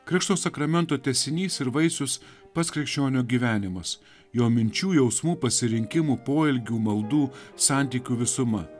krikšto sakramento tęsinys ir vaisius pats krikščionio gyvenimas jo minčių jausmų pasirinkimų poelgių maldų santykių visuma